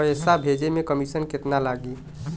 पैसा भेजे में कमिशन केतना लागि?